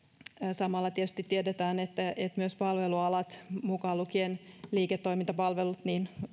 samalla tietysti tiedetään että palvelualat mukaan lukien liiketoimintapalvelut